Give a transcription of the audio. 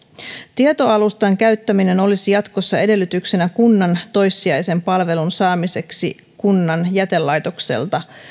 tietoalustan käyttäminen olisi jatkossa edellytyksenä kunnan toissijaisen palvelun saamiseksi kunnan jätelaitokselta